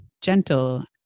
gentle